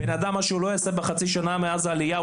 אדם מה שלא יעשה בחצי שנה מאז העלייה,